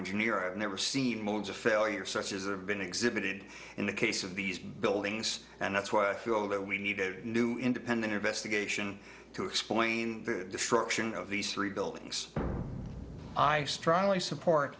engineer i've never seen modes of failure such as are been exhibited in the case of these buildings and that's why i feel that we need a new independent investigation to explain the destruction of these three buildings i strongly support